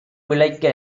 விளைக்க